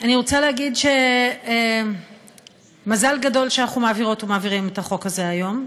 אני רוצה להגיד שמזל גדול שאנחנו מעבירות ומעבירים את החוק הזה היום,